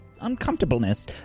uncomfortableness